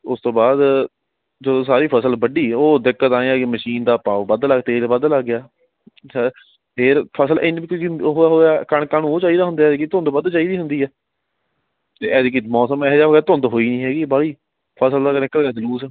ਉਸ ਤੋਂ ਬਾਅਦ ਜਦੋਂ ਸਾਰੀ ਫ਼ਸਲ ਵੱਡੀ ਉਹ ਦਿੱਕਤ ਆਂਏਂ ਆ ਕਿ ਮਸ਼ੀਨ ਦਾ ਪਾਓ ਵੱਧ ਲੱਗ ਤੇਲ ਵੱਧ ਲੱਗ ਗਿਆ ਫਿਰ ਫ਼ਸਲ ਇੰਨੀ ਕਿਉਂਕਿ ਉਹ ਹੋਇਆ ਕਣਕਾਂ ਨੂੰ ਉਹ ਚਾਹੀਦਾ ਹੁੰਦੇ ਐਤਕੀਂ ਧੁੰਦ ਵੱਧ ਚਾਹੀਦੀ ਹੁੰਦੀ ਹੈ ਅਤੇ ਐਤਕੀਂ ਮੌਸਮ ਇਹੋ ਜਿਹਾ ਹੋਇਆ ਧੁੰਦ ਹੋਈ ਨਹੀਂ ਹੈਗੀ ਬਾਹਲੀ ਫ਼ਸਲ ਦਾ ਅਤੇ ਨਿਕਲ ਗਿਆ ਜਲੂਸ